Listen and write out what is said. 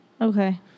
Okay